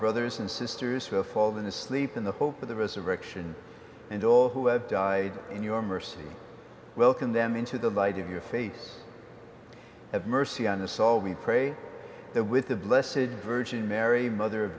brothers and sisters who are fallen asleep in the hope of the resurrection and all who have died in your mercy welcomed them into the light of your faith have mercy on the soul we pray that with the blessid virgin mary mother